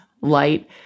light